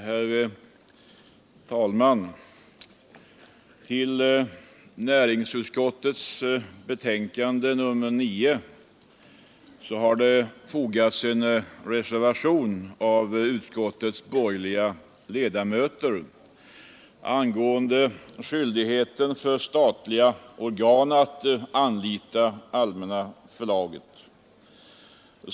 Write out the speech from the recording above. Herr talman! Till näringsutskottets betänkande nr 9 har det fogats en reservation av utskottets borgerliga ledamöter angående upphävande av skyldigheten för statliga företag att anlita Allmänna förlaget.